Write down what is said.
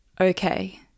okay